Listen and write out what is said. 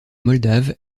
moldave